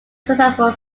successful